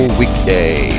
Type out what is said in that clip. weekday